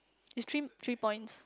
it's trim three points